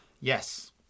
Yes